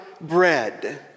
bread